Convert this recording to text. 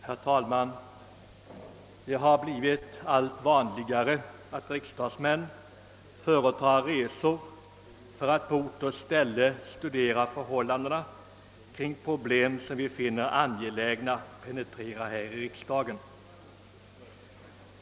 Herr talman! Det har blivit allt vanligare att riksdagsmän företar resor för att på ort och ställe studera förhållandena kring problem som vi finner angelägna att penetrera här i riksdagen.